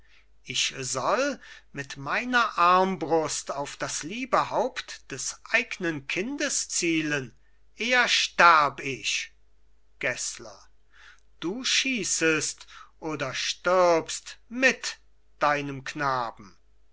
ich soll mit meiner armbrust auf das liebe haupt des eignen kindes zielen eher sterb ich gessler du schiesst oder stirbst mit deinem knaben